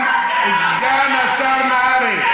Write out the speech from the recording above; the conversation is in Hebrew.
סגן השר נהרי,